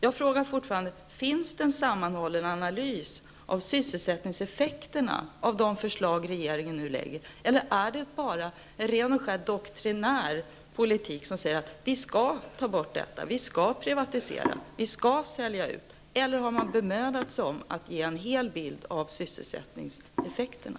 Jag frågar fortfarande: Finns det en sammanhållen analys av sysselsättningseffekterna av de förslag regeringen nu lägger eller är det bara ren och skär doktrinär politik som säger att vi skall ta bort detta, privatisera och sälja ut? Har man bemödat sig om att ge en hel bild av sysselsättningseffekterna?